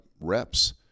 reps